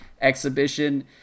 exhibition